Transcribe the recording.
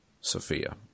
Sophia